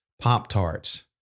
Pop-Tarts